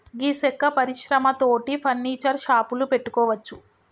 గీ సెక్క పరిశ్రమ తోటి ఫర్నీచర్ షాపులు పెట్టుకోవచ్చు